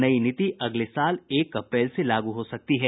नई नीति अगले साल एक अप्रैल से लागू हो सकती है